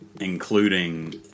including